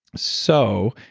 so